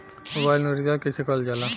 Mobile में recharge कइसे करल जाला?